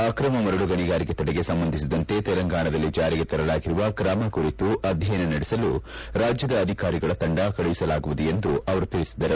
ಅಕ್ರಮ ಮರಳು ಗಣಿಗಾರಿಕೆ ತಡೆಗೆ ಸಂಬಂಧಿಸಿದಂತೆ ತೆಲಂಗಾಣದಲ್ಲಿ ಜಾರಿಗೆ ತರಲಾಗಿರುವ ತ್ರಮ ಕುರಿತು ಅಧ್ಯಯನ ನಡೆಸಲು ರಾಜ್ಯದ ಅಧಿಕಾರಿಗಳ ತಂಡ ಕಳುಹಿಸಲಾಗುವುದು ಎಂದು ಅವರು ತಿಳಿಸಿದರು